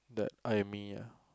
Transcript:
that ah